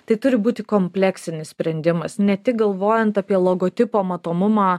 tai turi būti kompleksinis sprendimas ne tik galvojant apie logotipo matomumą